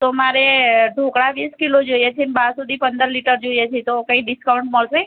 તો મારે ઢોકળા વીસ કિલો જોઈએ છે ને બાસુંદી પંદર લિટર જોઈએ છે તો કંઈ ડિસ્કાઉન્ટ મળશે